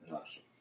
Awesome